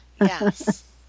Yes